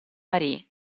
marie